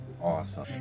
Awesome